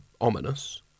ominous